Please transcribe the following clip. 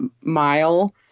mile